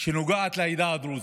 שנוגעת לעדה הדרוזית,